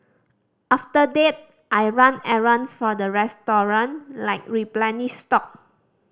after that I run errands for the restaurant like replenish stock